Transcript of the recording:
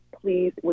Please